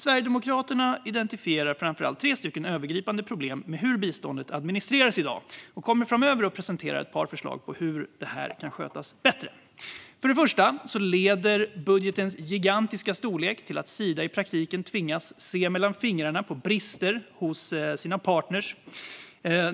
Sverigedemokraterna identifierar framför allt tre övergripande problem med hur biståndet administreras i dag och kommer framöver att presentera ett par förslag på hur det kan skötas bättre. För det första leder budgetens gigantiska storlek till att Sida i praktiken tvingas se mellan fingrarna på brister hos sina partner.